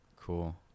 cool